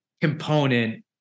component